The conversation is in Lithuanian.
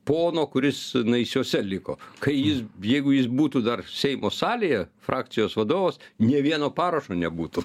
pono kuris naisiuose liko kai jis jeigu jis būtų dar seimo salėje frakcijos vadovas nė vieno parašo nebūtų